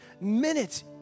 minutes